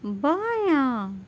بایاں